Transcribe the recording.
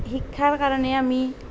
শিক্ষাৰ কাৰণে আমি